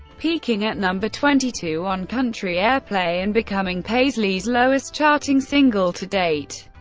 peaking at number twenty two on country airplay and becoming paisley's lowest-charting single to date.